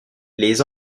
les